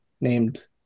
named